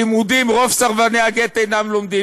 לימודים, רוב סרבני הגט אינם לומדים.